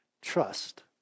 trust